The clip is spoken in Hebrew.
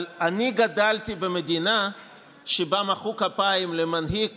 אבל אני גדלתי במדינה שבה מחאו כפיים למנהיג